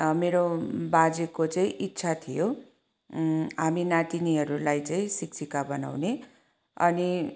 मेरो बाजेको चाहिँ इच्छा थियो हामी नातिनीहरूलाई चाहिँ शिक्षिका बनाउने अनि